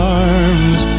arms